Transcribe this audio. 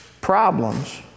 problems